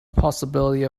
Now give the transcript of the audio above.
possibility